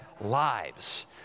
lives